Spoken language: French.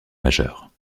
majeur